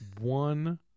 one